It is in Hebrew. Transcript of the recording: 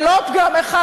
ולא פגם אחד,